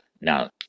Now